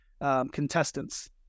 contestants